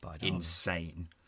insane